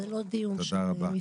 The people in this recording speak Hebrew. זה לא דיון של מפלגות.